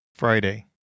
FRIDAY